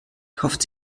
kauft